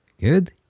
Good